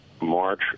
march